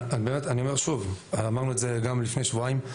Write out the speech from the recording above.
אני אומר שוב ואמרנו את זה גם לפני שבועיים,